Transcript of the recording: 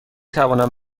توانم